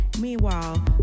Meanwhile